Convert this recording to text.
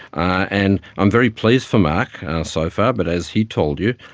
and i'm very pleased for mark so far, but as he told you,